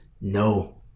no